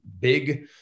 big